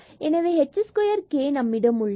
எனவே h square k நம்மிடம் உள்ளது